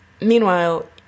Meanwhile